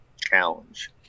challenge